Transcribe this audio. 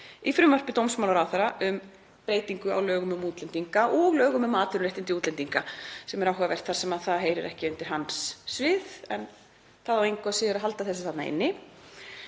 í frumvarpi dómsmálaráðherra um breytingu á lögum um útlendinga og lögum um atvinnuréttindi útlendinga, sem er áhugavert þar sem þau lög heyra ekki undir hans svið, en það á engu að síður að halda þessu þarna inni.